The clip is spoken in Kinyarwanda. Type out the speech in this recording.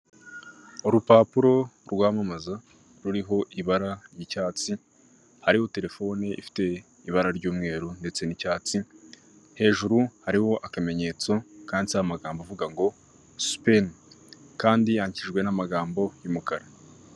Urupapuro rwamamaza ruriho ibara ry'icyatsi hariho terefoni ifite ibara ry'umweru ndetse n'icyatsi, hejuru hariho akamenyetso kanditseho amagambo avuga ngo sipeni kandi yandikishijwe n'amagambo y'umukara.